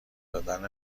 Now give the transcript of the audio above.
دادن